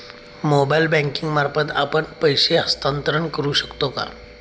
Mobile banking मार्फत आपण पैसे हस्तांतरण करू शकतो का?